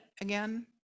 again